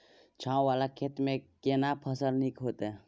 छै ॉंव वाला खेत में केना फसल नीक होयत?